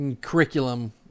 curriculum